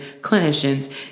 clinicians